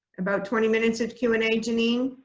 about twenty minutes of q and a, janine?